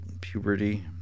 puberty